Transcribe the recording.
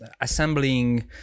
assembling